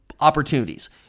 opportunities